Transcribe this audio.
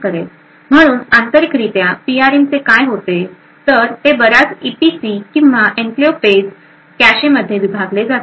म्हणूनच आंतरिकरित्या पीआरएमचे काय होते तर ते बर्याच ईपीसी किंवा एन्क्लेव पेज कॅशेमध्ये विभागले गेले जाते